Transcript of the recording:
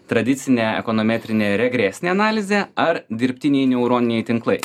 tradicinė ekonometrinė regresinė analizė ar dirbtiniai neuroniniai tinklai